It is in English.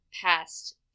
past